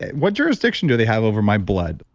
what jurisdiction do they have over my blood?